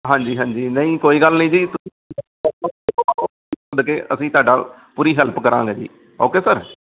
ਹਾਂਜੀ ਹਾਂਜੀ ਨਹੀਂ ਕੋਈ ਗੱਲ ਨਹੀਂ ਜੀ ਅਸੀਂ ਤੁਹਾਡਾ ਪੂਰੀ ਹੈਲਪ ਕਰਾਂਗੇ ਜੀ ਓਕੇ ਸਰ